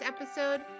episode